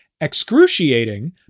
excruciating